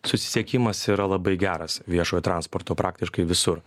susisiekimas yra labai geras viešojo transporto praktiškai visur